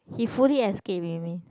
he fully escape maybe